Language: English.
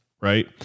right